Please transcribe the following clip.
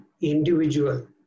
individual